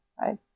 right